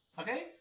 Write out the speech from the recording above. Okay